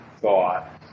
thought